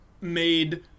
made